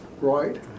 Right